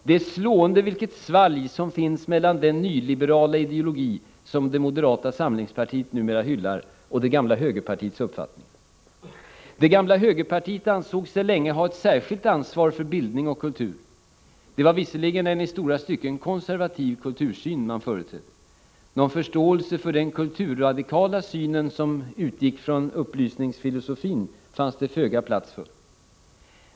Det är slående vilket svalg som finns mellan den nyliberala ideologi som moderata samlingspartiet numera hyllar och det gamla högerpartiets uppfattningar. Det gamla högerpartiet ansåg sig länge ha ett särskilt ansvar för bildning och kultur, även om det var en i stora stycken konservativ kultursyn som man företrädde. Någon förståelse för den kulturradikala syn som utgick från upplysningsfilosofin fanns det föga plats för.